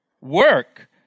Work